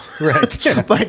Right